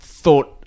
thought